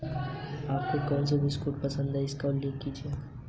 मेरे पास पिछले देय उपयोगिता बिल हैं और मुझे सेवा खोने का खतरा है मुझे क्या करना चाहिए?